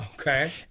Okay